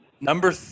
Number